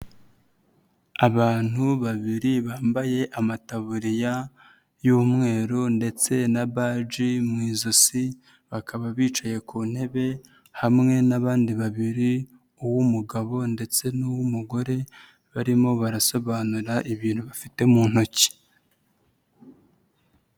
Abantu babiri bambaye amatabuririya y'umweru ndetse na baji mu ijosi bakaba bicaye ku ntebe hamwe n'abandi babiri uw'umugabo ndetse n'uw'umugore barimo barasobanura ibintu bafite mu ntoki.